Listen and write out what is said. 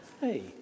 hey